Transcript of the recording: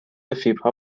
فیبرها